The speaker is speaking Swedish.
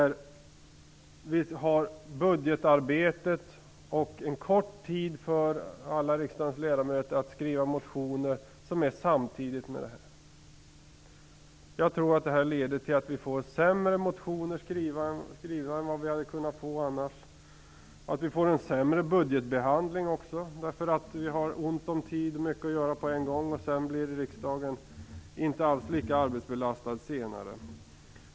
Riksdagens ledamöter har kort tid för att skriva motioner, och budgetarbetet sker samtidigt. Jag tror att det leder till att vi får sämre motioner än vad vi annars hade kunnat få, och också att vi får en sämre budgetbehandling. Vi har ont om tid och mycket att göra på en gång. Riksdagen är inte alls lika arbetsbelastad senare.